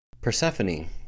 Persephone